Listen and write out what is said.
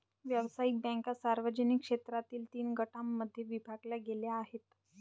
व्यावसायिक बँका सार्वजनिक क्षेत्रातील तीन गटांमध्ये विभागल्या गेल्या आहेत